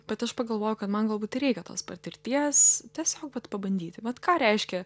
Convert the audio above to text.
bet aš pagalvojau kad man galbūt ir reikia tos patirties tiesiog vat pabandyti vat ką reiškia